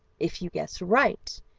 if you guess right,